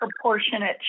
Proportionate